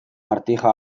martija